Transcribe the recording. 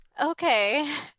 okay